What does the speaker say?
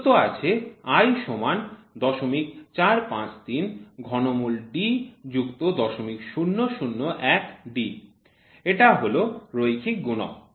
প্রদত্ত আছে i সমান ০৪৫৩ ঘনমূল D যুক্ত ০০০১ D এটা হল রৈখিক গুণক